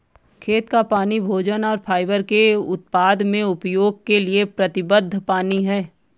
खेत का पानी भोजन और फाइबर के उत्पादन में उपयोग के लिए प्रतिबद्ध पानी है